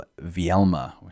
Vielma